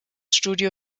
studio